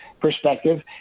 perspective